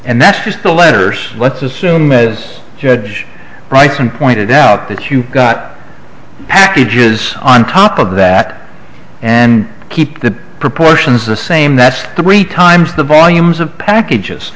and that's just the letters let's assume as judge writes and pointed out that you got packages on top of that and keep the proportions the same that's three times the volumes of packages